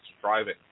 driving